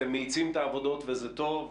אתם מאיצים את העבודות וזה טוב,